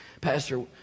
Pastor